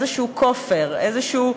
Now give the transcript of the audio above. כופר כלשהו,